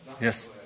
Yes